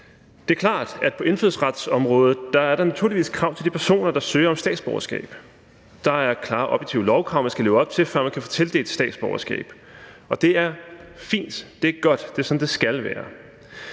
Det er klart, at der på indfødsretsområdet naturligvis er krav til de personer, der søger om statsborgerskab. Der er klare og objektive lovkrav, man skal leve op til, før man kan få tildelt statsborgerskab. Det er fint, det er godt, det er sådan, det skal være.